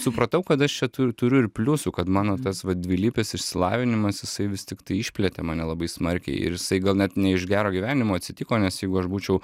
supratau kad aš čia tur turiu ir pliusų kad mano tas vat dvilypis išsilavinimas jisai vis tiktai išplėtė mane labai smarkiai ir jisai gal net ne iš gero gyvenimo atsitiko nes jeigu aš būčiau